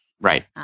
Right